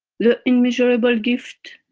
the immeasurable gift,